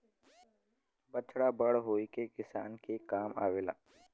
बछड़ा बड़ होई के किसान के काम आवेला